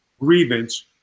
grievance